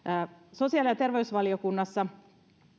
sosiaali ja terveysvaliokunnassa